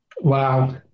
Wow